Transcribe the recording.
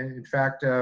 in fact,